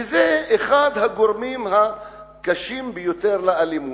וזה אחד הגורמים הקשים ביותר לאלימות.